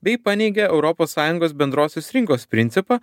bei paneigia europos sąjungos bendrosios rinkos principą